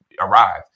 arrived